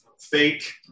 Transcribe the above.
fake